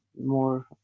more